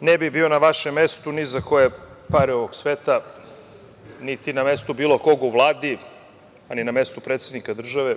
ne bi bio na vašem mestu ni za koje pare ovog sveta, niti na mestu bilo kog u Vladi, a ni na mestu predsednika države.